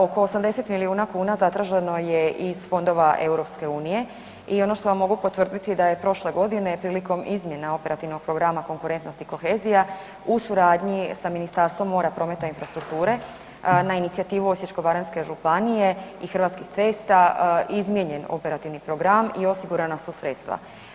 Oko 80 milijuna kuna zatraženo je iz fondova EU i ono što vam mogu potvrditi da je prošle godine prilikom izmjena operativnog programa Konkurentnost i kohezija u suradnji sa Ministarstvom mora, prometa i infrastrukture na inicijativu Osječko-baranjske županije i Hrvatskih cesta izmijenjen operativni program i osigurana su sredstva.